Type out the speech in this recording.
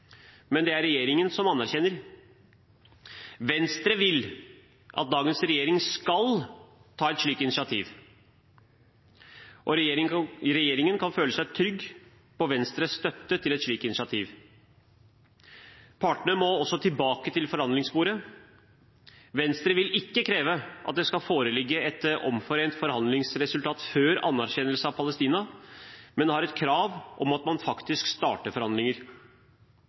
men det er regjeringen som anerkjenner. Venstre vil at dagens regjering skal ta et slikt initiativ, og regjeringen kan føle seg trygg på Venstres støtte til et slikt initiativ. Partene må også tilbake til forhandlingsbordet. Venstre vil ikke kreve at det skal foreligge et omforent forhandlingsresultat før anerkjennelse av Palestina, men har et krav om at man faktisk starter forhandlinger.